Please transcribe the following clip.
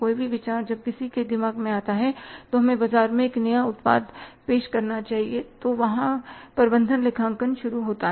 कोई भी विचार जब किसी के दिमाग में आता है कि हमें बाजार में एक नया उत्पाद पेश करना चाहिए तो वहां प्रबंधन लेखांकन शुरू होता है